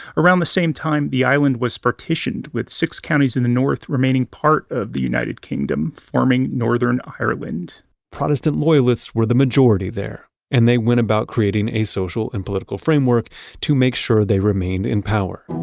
around the same time, the island was partitioned with six counties in the north remaining part of the united kingdom, forming northern ireland protestant loyalists were the majority there and they went about creating a social and political framework to make sure they remained in power.